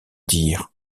dire